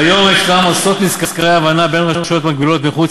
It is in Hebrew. כיום יש עשרות מזכרי הבנה עם רשויות מקבילות מחוץ